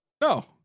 No